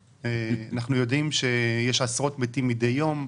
אנחנו יודעים שיש עשרות מתים מדי יום.